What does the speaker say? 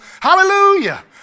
Hallelujah